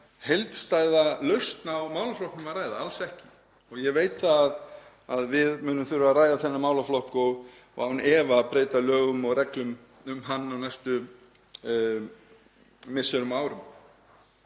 heildstæða lausn á málaflokknum að ræða, alls ekki. Ég veit að við munum þurfa að ræða þennan málaflokk og án efa breyta lögum og reglum um hann á næstu misserum og árum.